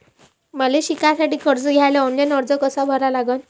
मले शिकासाठी कर्ज घ्याले ऑनलाईन अर्ज कसा भरा लागन?